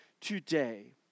today